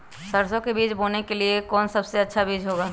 सरसो के बीज बोने के लिए कौन सबसे अच्छा बीज होगा?